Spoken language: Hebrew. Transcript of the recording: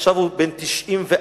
עכשיו הוא בן 94,